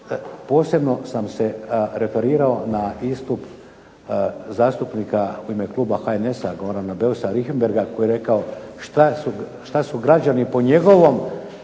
posebno sam se referirao na istup zastupnika u ime Kluba HNS-a gospodina Beusa Richembergha koji je rekao što su građani po njegovom